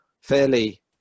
fairly